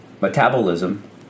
metabolism